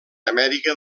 amèrica